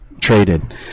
traded